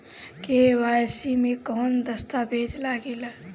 KYC मे कौन दश्तावेज लागेला?